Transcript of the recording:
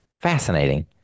fascinating